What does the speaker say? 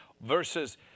Versus